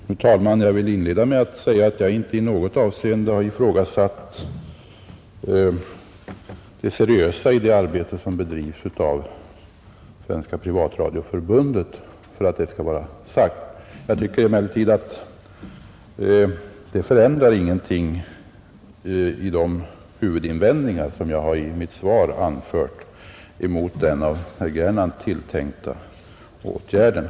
Fru talman! Jag vill inleda med att säga att jag inte i något avseende har ifrågasatt det seriösa i det arbete som bedrivs av Svenska privatradioförbundet. Jag vill genast ha sagt det. Men det förändrar ingenting i de huvudinvändningar som jag har gjort i mitt interpellationssvar mot den av herr Gernandt tilltänkta åtgärden.